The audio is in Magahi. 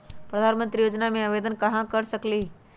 प्रधानमंत्री योजना में आवेदन कहा से कर सकेली?